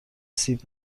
سیب